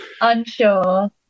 Unsure